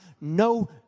no